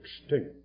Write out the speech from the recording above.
extinct